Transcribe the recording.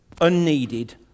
unneeded